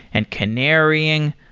and canarying,